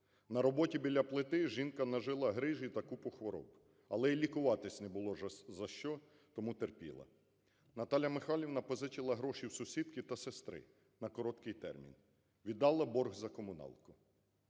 На роботі біля плити жінка нажила грижі та купу хвороб, але і лікуватись не було за що, тому терпіла. Наталя Михайлівна позичила гроші в сусідки та сестри на короткий термін, віддала борг за комуналку